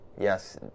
Yes